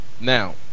now